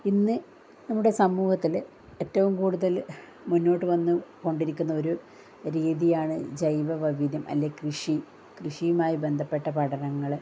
ഇന്ന് നമ്മുടെ സമൂഹത്തില് ഏറ്റവും കൂടുതല് മുന്നോട്ട് വന്നു കൊണ്ടിരിക്കുന്ന ഒരു രീതിയാണ് ജൈവ വൈവിധ്യം അല്ലെങ്കി കൃഷി കൃഷിയുമായി ബന്ധപ്പെട്ട പഠനങ്ങള്